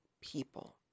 people